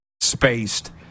spaced